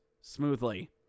smoothly